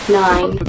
nine